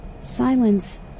Silence